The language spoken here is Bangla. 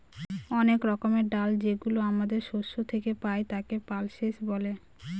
অনেক রকমের ডাল যেগুলো আমাদের শস্য থেকে পাই, তাকে পালসেস বলে